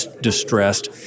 distressed